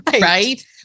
right